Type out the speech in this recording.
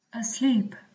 Asleep